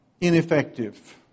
ineffective